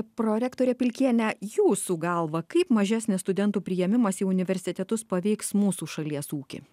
prorektore pilkiene jūsų galva kaip mažesnis studentų priėmimas į universitetus paveiks mūsų šalies ūkį